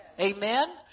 Amen